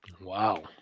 Wow